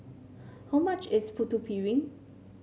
how much is Putu Piring